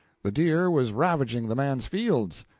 the deer was ravaging the man's fields,